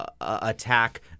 attack